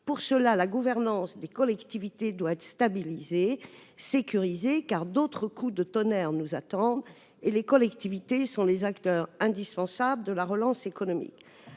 Pour cela, la gouvernance des collectivités doit être stabilisée, sécurisée, car d'autres coups de tonnerre nous attendent. En outre, les collectivités sont les acteurs indispensables de la relance économique.